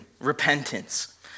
repentance